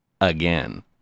again